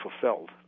fulfilled